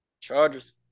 Chargers